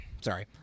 sorry